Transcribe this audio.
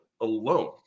alone